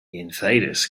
invaders